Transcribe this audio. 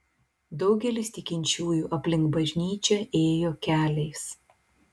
daugelis tikinčiųjų aplink bažnyčią ėjo keliais